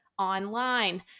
online